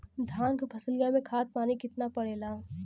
धान क फसलिया मे खाद पानी कितना पड़े ला?